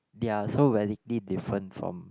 they are so radically different from